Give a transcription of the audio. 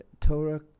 Torah